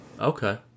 Okay